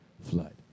flood